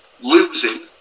losing